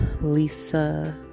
Lisa